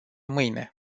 mâine